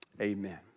Amen